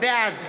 בעד